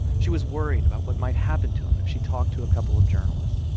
she was worried about what might happen to him if she talked to a couple of journalists.